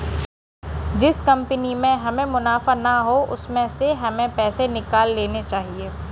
जिस कंपनी में हमें मुनाफा ना हो उसमें से हमें पैसे निकाल लेने चाहिए